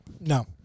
No